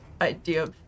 idea